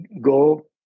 go